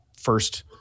first